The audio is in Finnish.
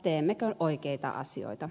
teemmekö oikeita asioita